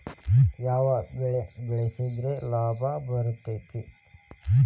ಯಾವ ಬೆಳಿ ಬೆಳ್ಸಿದ್ರ ಲಾಭ ಬರತೇತಿ?